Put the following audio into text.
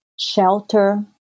Shelter